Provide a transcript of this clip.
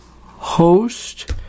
host